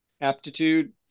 aptitude